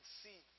see